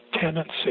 Tenancy